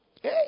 Hey